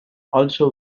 also